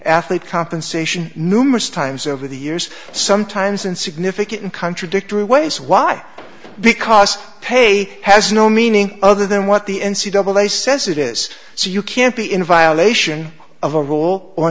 athlete compensation numerous times over the years sometimes in significant and contradictory ways why because pay has no meaning other than what the n c doubleday says it is so you can't be in violation of a rule or